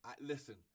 Listen